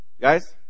guys